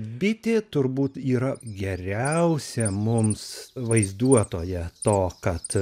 bitė turbūt yra geriausia mums vaizduotoja to kad